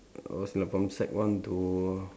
I was like from sec one to